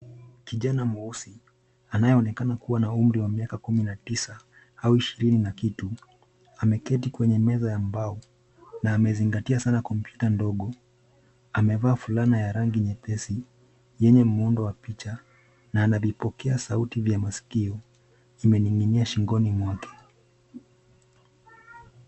Kijana mweusi, anayeonekana kuwa umri wa miaka kumi na tisa au ishirini na kitu ameketi kwenye meza ya mbao, na amezingatia sana kompyuta ndogo. Amevaa fulana ya rangi nyepesi yenye muundo wa picha, na ana vipokea sauti vya masikio vimeninginia shingoni mwake.